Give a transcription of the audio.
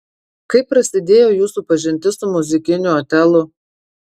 kaip prasidėjo jūsų pažintis su muzikiniu otelu